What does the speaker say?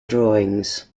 drawings